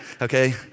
Okay